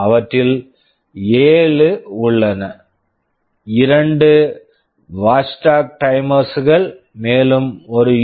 அவற்றில் 7 உள்ளன இரண்டு watchdog timers watchdog timers கள் மேலும் ஒரு யூ